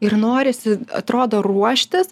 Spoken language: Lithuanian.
ir norisi atrodo ruoštis